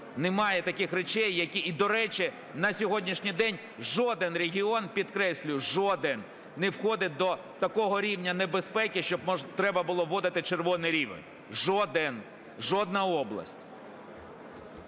Немає таких речей, які… І, до речі, на сьогоднішній день жоден регіон, підкреслюю, жоден не входить до такого рівня небезпеки, щоб треба було вводити "червоний" рівень, жоден, жодна область.